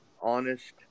honest